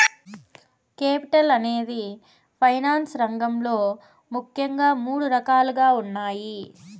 capital అనేది finance రంగంలో ముఖ్యంగా మూడు రకాలుగా ఉన్నాయి